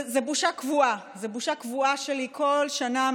וזו בושה קבועה שלי כל שנה,